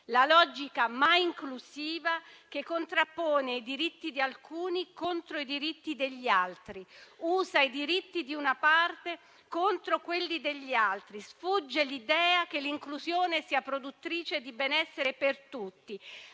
la logica mai inclusiva, che contrappone i diritti di alcuni a quelli di altri e usa i diritti di una parte contro quelli degli altri. Sfugge l'idea che l'inclusione sia produttrice di benessere per tutti.